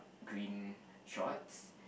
green shorts